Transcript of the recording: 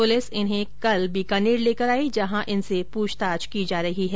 police इन्हे कल बीकानेर लेकर आई जहां इनसे पूछताछ की जा रही है